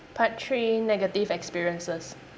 part three negative experiences